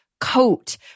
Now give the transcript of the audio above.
coat